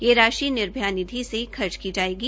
ये राशि निर्भया निधि से खर्च की जायेगी